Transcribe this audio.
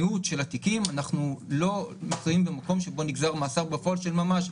אנחנו לא נמצאים במקום שבו נגזר מאסר בפועל של ממש,